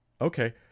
Okay